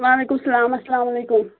وعلیکُم سلام اسلامُ علیکُم